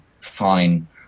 fine